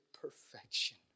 perfection